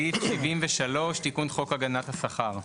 סעיף 73 תיקון חוק הגנת השכר.